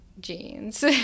jeans